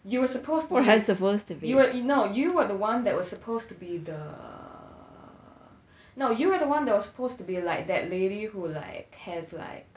you were supposed to be you were no you were the one that was supposed to be the err no you were the one that was supposed to be like that lady who like has like